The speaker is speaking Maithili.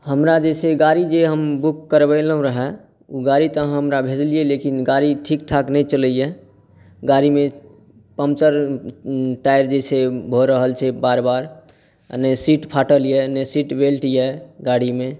हमरा जे छै हम गाड़ी जे बुक करवेलहुँ रहऽ ओ गाड़ी तऽ हमरा भेजलियै लेकिन ओ गाड़ी ठीकठाक नहि चलैया गाड़ीमे पन्चर टायर जे छै भऽ रहल छै बार बार सीट फाटल यऽ नहि सीट बेल्ट यऽ गाड़ीमे